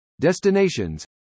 destinations